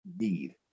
need